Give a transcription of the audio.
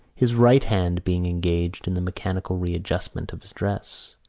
his right hand being engaged in the mechanical readjustment of his dress.